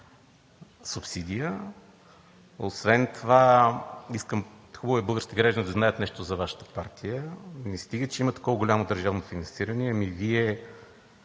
субсидия. Освен това е хубаво българските граждани да знаят нещо за Вашата партия. Не стига че има такова голямо държавно финансиране, ами Вие